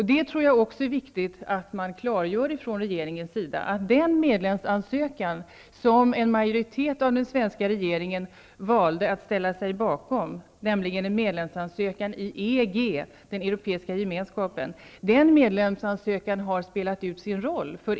Jag tror också att det är viktigt att man från regeringens sida klargör att den medlemsansökan som en majoritet av den svenska regeringen valde att ställa sig bakom, nämligen en ansökan om medlemskap i EG, den Europeiska gemenskapen, har spelat ut sin roll.